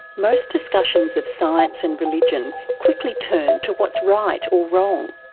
most discussions of science and religion quickly turn to what's right or wrong,